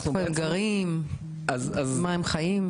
איפה הם גרים, ממה הם חיים?